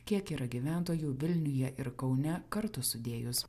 kiek yra gyventojų vilniuje ir kaune kartu sudėjus